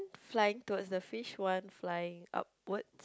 flying towards the fish one flying upward